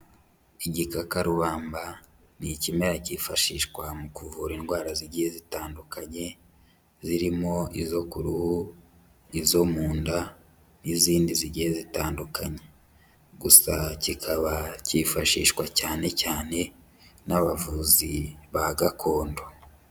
Igikakarubamba ni ikimera cyifashishwa mu kuvura indwara zigiye zitandukanye, zirimo izo ku ruhu, izo mu nda n'izindi zigiye zitandukanye. Gusa kikaba cyifashishwa cyane cyane n'abavuzi ba gakondo.